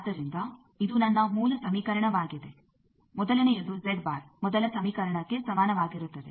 ಆದ್ದರಿಂದ ಇದು ನನ್ನ ಮೂಲ ಸಮೀಕರಣವಾಗಿದೆ ಮೊದಲನೆಯದು ಮೊದಲ ಸಮೀಕರಣಕ್ಕೆ ಸಮಾನವಾಗಿರುತ್ತದೆ